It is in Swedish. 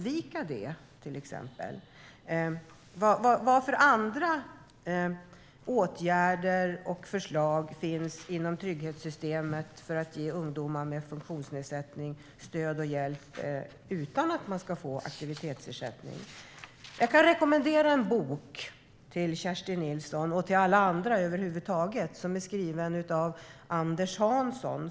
Vad för andra åtgärder och förslag finns inom trygghetssystemet för att ge ungdomar med funktionsnedsättning stöd och hjälp utan aktivitetsersättning? Jag kan rekommendera Kerstin Nilsson och alla andra en bok som är skriven av Anders Hansson.